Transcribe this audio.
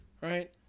right